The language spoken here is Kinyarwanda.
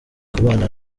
kubana